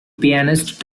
pianist